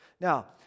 Now